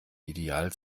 ideal